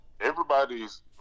everybody's